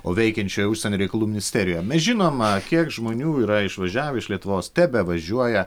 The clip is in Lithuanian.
o veikiančioje užsienio reikalų ministerijoje mes žinom kiek žmonių yra išvažiavę iš lietuvos tebevažiuoja